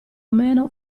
meno